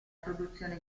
produzione